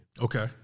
Okay